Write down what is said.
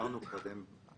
שדיברנו קודם,